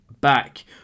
back